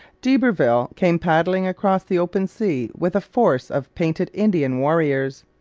d'iberville came paddling across the open sea with a force of painted indian warriors.